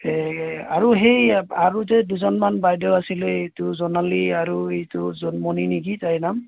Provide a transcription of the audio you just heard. আৰু সেই আৰু যে দুজনমান বাইদেউ আছিলে এইটো জোনালী আৰু এইটো জোনমণি নেকি তাইৰ নাম